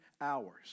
hours